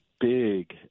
big